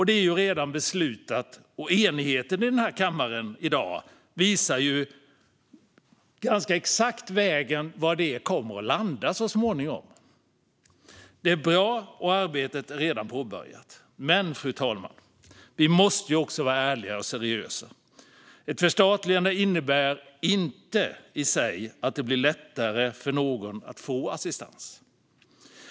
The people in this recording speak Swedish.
Det är redan beslutat, och enigheten i denna kammare i dag visar ganska exakt vägen för var det så småningom kommer att landa. Det är bra, och arbetet är redan påbörjat. Men, fru talman, vi måste också vara ärliga och seriösa. Ett förstatligande innebär inte i sig att det blir lättare för någon att få assistans.